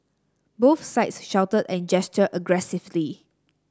both sides shouted and gestured aggressively